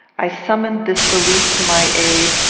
i summoned this belief to my aid,